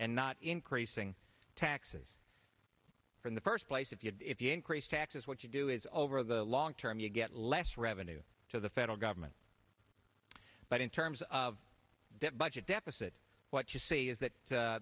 and not increasing taxes from the first place if you if you increase taxes what you do is over the long term you get less revenue to the federal government but in terms of that budget deficit what you see is that